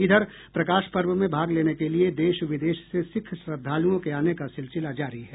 इधर प्रकाश पर्व में भाग लेने के लिये देश विदेश से सिख श्रद्धालुओं के आने का सिलसिला जारी है